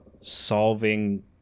solving